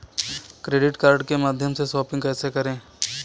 Credit card के माध्यम से शॉपिंग कैसे करें?